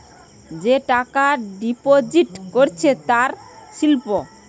যে টাকা ডিপোজিট করেছে তার স্লিপ